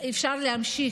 אפשר להמשיך.